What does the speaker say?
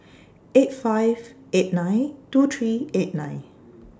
eight five eight nine two three eight nine